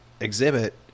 exhibit